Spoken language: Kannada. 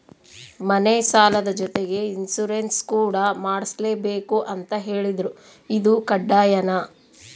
ಮನೆ ಸಾಲದ ಜೊತೆಗೆ ಇನ್ಸುರೆನ್ಸ್ ಕೂಡ ಮಾಡ್ಸಲೇಬೇಕು ಅಂತ ಹೇಳಿದ್ರು ಇದು ಕಡ್ಡಾಯನಾ?